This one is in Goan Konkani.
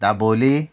दाबोली